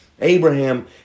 Abraham